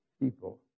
people